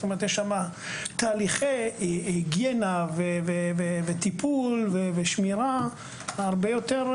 יש שם תהליכי היגיינה וטיפול ושמירה הרבה יותר.